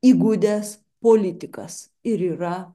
įgudęs politikas ir yra